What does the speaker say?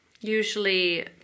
usually